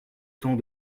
tant